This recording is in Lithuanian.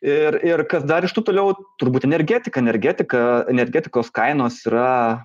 ir ir kas dar iš tų toliau turbūt energetika energetika energetikos kainos yra